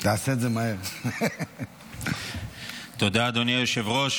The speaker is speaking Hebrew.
תודה, אדוני היושב-ראש.